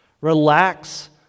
relax